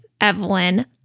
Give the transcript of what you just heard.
Evelyn